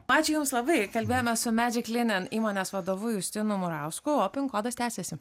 pavyzdžiui jau labai kalbėjome su medžik linen įmonės vadovu justinu murausku o pin kodas tęsiasi